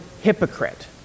hypocrite